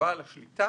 לבעל השליטה